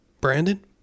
Brandon